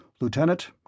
Lieutenant